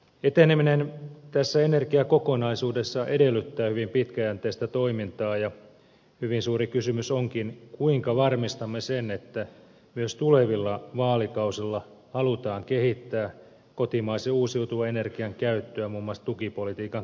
eteneminen tässä energiakokonaisuudessa edellyttää hyvin pitkäjänteistä toimintaa ja hyvin suuri kysymys onkin kuinka varmistamme sen että myös tulevilla vaalikausilla halutaan kehittää kotimaisen uusiutuvan energian käyttöä muun muassa tukipolitiikan keinoin